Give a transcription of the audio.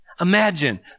Imagine